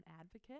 advocate